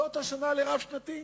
זאת השנה לתקציב רב-שנתי?